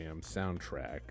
soundtrack